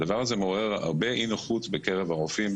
הדבר הזה מעורר הרבה אי-נוחות בקרב הרופאים,